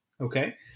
okay